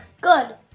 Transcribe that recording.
Good